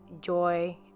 joy